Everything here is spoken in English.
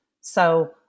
So-